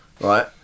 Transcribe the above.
right